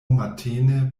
matene